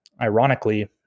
ironically